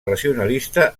racionalista